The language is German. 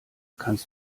kannst